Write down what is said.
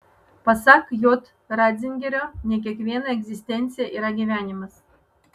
pasak j ratzingerio ne kiekviena egzistencija yra gyvenimas